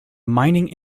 mining